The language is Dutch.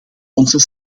onze